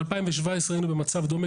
ב-2017 היינו במצב דומה,